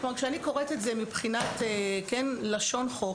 כשאני קוראת את זה מבחינת לשון חוק,